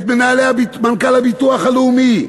את מנכ"ל הביטוח הלאומי,